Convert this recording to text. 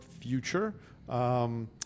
future